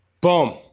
Boom